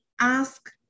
ask